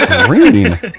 Green